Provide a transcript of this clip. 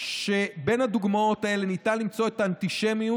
שבין הדוגמאות האלה ניתן למצוא את האנטישמיות